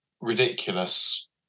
ridiculous